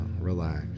relax